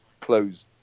close